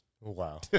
Wow